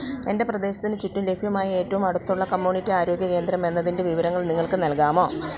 എന്റെ പ്രദേശത്തിന് ചുറ്റും ലഭ്യമായ ഏറ്റവും അടുത്തുള്ള കമ്മ്യൂണിറ്റി ആരോഗ്യ കേന്ദ്രം എന്നതിന്റെ വിവരങ്ങൾ നിങ്ങൾക്ക് നൽകാമോ